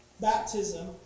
Baptism